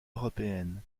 européenne